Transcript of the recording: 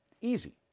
Easy